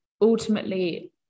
ultimately